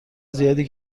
زیادی